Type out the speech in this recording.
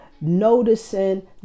noticing